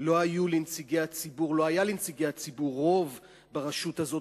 לא היה לנציגי הציבור רוב ברשות הזאת,